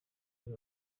kuri